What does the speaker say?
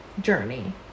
journey